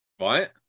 right